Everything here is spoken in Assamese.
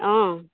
অঁ